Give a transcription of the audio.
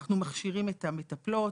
אנחנו מכשירים את המטפלות,